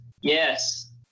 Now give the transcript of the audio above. yes